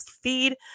feed